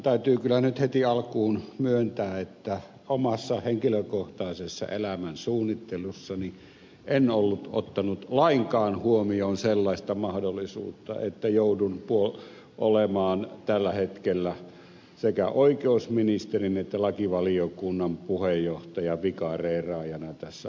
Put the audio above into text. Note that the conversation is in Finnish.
täytyy kyllä nyt heti alkuun myöntää että omassa henkilökohtaisen elämän suunnittelussani en ollut ottanut lainkaan huomioon sellaista mahdollisuutta että joudun olemaan tällä hetkellä sekä oikeusministerin että lakivaliokunnan puheenjohtajan vikareeraajana tässä asiassa